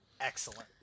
excellent